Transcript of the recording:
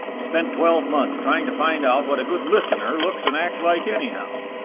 spent twelve months trying to find out what a good listener looks and acts like anyhow.